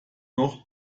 noch